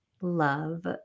love